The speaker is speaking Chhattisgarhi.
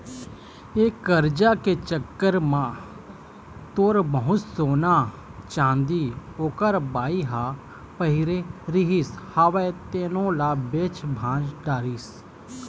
ये करजा के चक्कर म थोर बहुत सोना, चाँदी ओखर बाई ह पहिरे रिहिस हवय तेनो ल बेच भांज डरिस